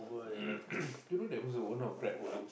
do you know there was a one of Grab Holdings